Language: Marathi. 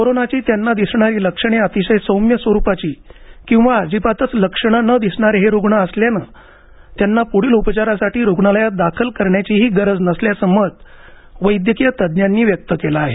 कोरोनाची त्यांना दिसणारी लक्षणे अतिशय सौम्य स्वरुपाची किंवा अजिवातच लक्षणं न दिसणारे हे रुग्ण असल्यानं त्यांना पुढील उपचारासाठी रुग्णालयात दाखल करण्याचीही गरज नसल्याचं मत वैद्यकीय तज्ञांनी व्यक्त केलं आहे